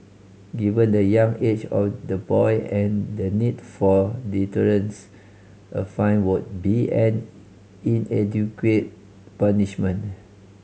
given the young age of the boy and the need for deterrence a fine would be an inadequate punishment